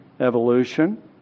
Evolution